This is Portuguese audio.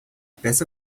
peça